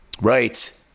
Right